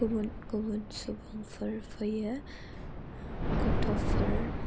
गुबुन गुबुन सुबुंफोर फैयो गथ'फोर